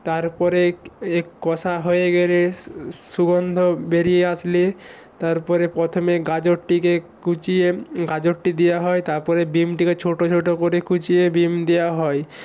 তারপরে এক কষা হয়ে গেলে সুগন্ধ বেরিয়ে আসলে তারপরে প্রথমে গাজরটিকে কুঁচিয়ে গাজরটি দেওয়া হয় তারপরে বিনটিকে ছোটো ছোটো করে কুঁচিয়ে বিন দেওয়া হয়